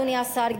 אדוני השר,